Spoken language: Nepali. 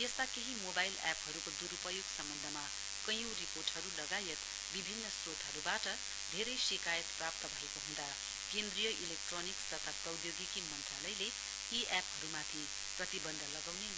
यस्ता केही मोबाइल एपहरूको दुरूपयोग सम्बन्धमा कयौं रिपोर्टहरू लगायत विभिन्न स्रोताहरूबाट धेरै शिकायत प्राप्त भएको हुँदा केन्द्रीय इलेक्ट्रोनिक्स तथा प्रौद्योगिकी मन्त्रालयले यी एपहरूमा प्रतिबन्ध लगाउने